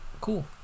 Cool